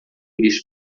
lixo